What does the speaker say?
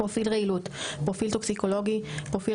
8. פרופיל רעילות (פרופיל טוקסיקולוגי): 8.1. פרופיל